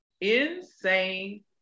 insane